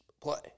play